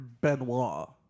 Benoit